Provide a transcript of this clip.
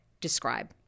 describe